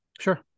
Sure